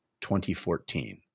2014